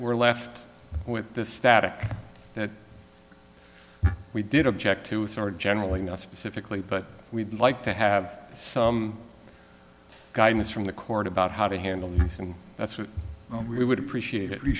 we're left with the static that we did object to with our generally not specifically but we'd like to have some guidance from the court about how to handle this and that's what we would appreciate